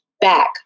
back